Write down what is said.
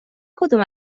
کدام